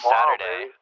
Saturday